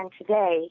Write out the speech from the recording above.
today